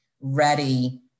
ready